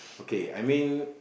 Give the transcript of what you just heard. okay I mean